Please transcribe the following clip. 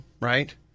Right